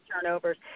turnovers